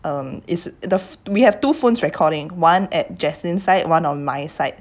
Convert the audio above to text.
um is the we have two phones recording one at jaslyn's side one on my side